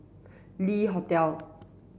Le Hotel